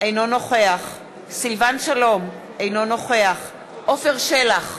אינו נוכח סילבן שלום, אינו נוכח עפר שלח,